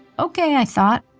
ok, i thought.